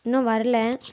இன்னும் வரலை